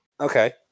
Okay